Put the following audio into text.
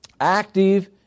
active